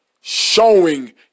showing